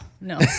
no